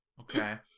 Okay